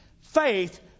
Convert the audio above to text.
faith